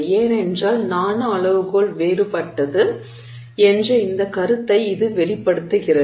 ஏனென்றால் நானோ அளவுகோல் வேறுபட்டது என்ற இந்த கருத்தை இது வெளிப்படுத்துகிறது